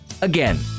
Again